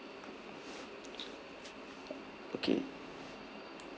okay